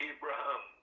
Abraham